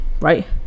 right